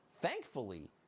Thankfully